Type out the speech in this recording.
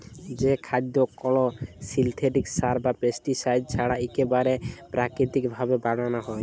যে খাদ্য কল সিলথেটিক সার বা পেস্টিসাইড ছাড়া ইকবারে পেরাকিতিক ভাবে বানালো হয়